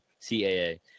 CAA